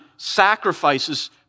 sacrifices